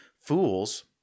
fools